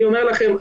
אני אומר לכם,